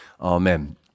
Amen